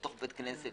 לתוך בית כנסת,